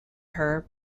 her